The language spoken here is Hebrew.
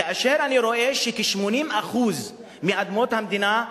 כאשר אני רואה שכ-80% מאדמות המדינה,